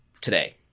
today